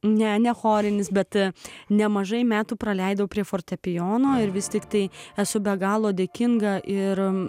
ne ne chorinis bet nemažai metų praleidau prie fortepijono ir vis tiktai esu be galo dėkinga ir